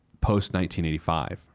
post-1985